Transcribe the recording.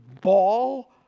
ball